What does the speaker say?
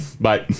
bye